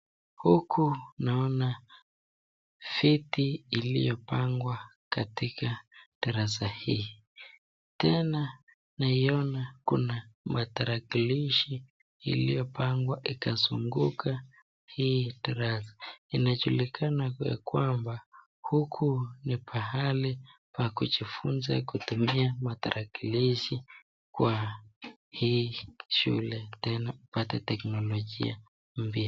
Huku naona viti iliyopangwa katika darasa hii tena naona kuna matarakilishi iliyopangwa ikazunguka hii darasa. Inajulikana ya kwamba huku ni pahali pa kujifunza kutumia matarakilishi kwa hii shule tena kupata teknolojia.